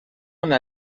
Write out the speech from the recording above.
una